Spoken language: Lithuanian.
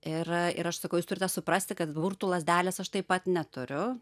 ir ir aš sakau jūs turite suprasti kad burtų lazdelės aš taip pat neturiu